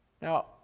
Now